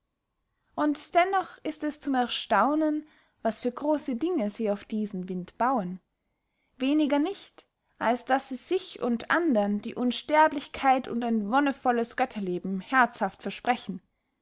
und dennoch ist es zum erstaunen was für grosse dinge sie auf diesen wind bauen weniger nicht als daß sie sich und andern die unsterblichkeit und ein wonnevolles götterleben herzhaft versprechen